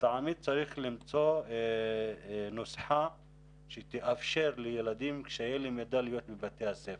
לטעמי צריך למצוא נוסחה שתאפשר לילדים קשיי למידה להיות בבתי הספר.